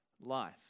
life